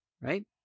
right